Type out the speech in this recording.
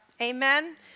Amen